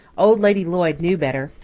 old lady lloyd knew better.